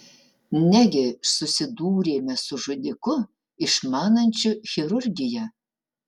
negi susidūrėme su žudiku išmanančiu chirurgiją